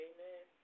Amen